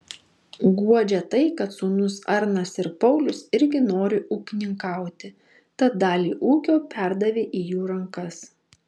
guodžia tai kad sūnūs arnas ir paulius irgi nori ūkininkauti tad dalį ūkio perdavė į jų rankas